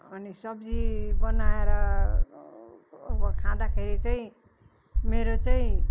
अनि सब्जी बनाएर अब खाँदाखेरि चाहिँ मेरो चाहिँ